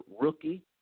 rookie